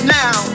now